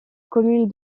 commune